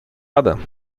radę